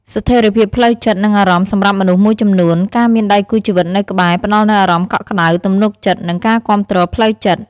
ស្ថិរភាពផ្លូវចិត្ត និងអារម្មណ៍សម្រាប់មនុស្សមួយចំនួន ការមានដៃគូជីវិតនៅក្បែរ ផ្តល់នូវអារម្មណ៍កក់ក្តៅ ទំនុកចិត្ត និងការគាំទ្រផ្លូវចិត្ត។